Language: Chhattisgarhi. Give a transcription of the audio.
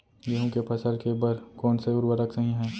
गेहूँ के फसल के बर कोन से उर्वरक सही है?